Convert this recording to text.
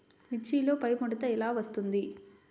మిర్చిలో పైముడత ఎలా వస్తుంది?